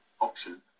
option